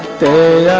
the